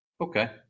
Okay